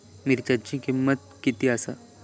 मिरच्यांची किंमत किती आसा?